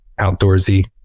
outdoorsy